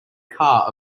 car